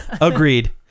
Agreed